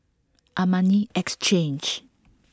Armani Exchange